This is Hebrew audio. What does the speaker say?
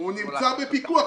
הוא נמצא בפיקוח,